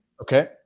Okay